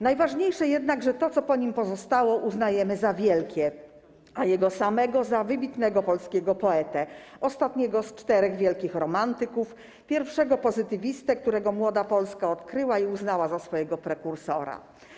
Najważniejsze jednak, że to, co po nim pozostało, uznajemy za wielkie, a jego samego - za wybitnego polskiego poetę, ostatniego z czterech wielkich romantyków, pierwszego pozytywistę, którego Młoda Polska odkryła i uznała za swojego prekursora.